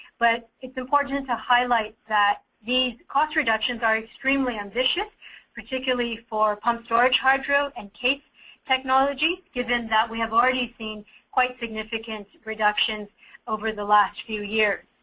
but it's important to highlight that these cost reductions are extremely ambitious particularly for pumped storage hydro and caes technology, given that we have already seen quite significant reduction over the last few years.